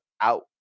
out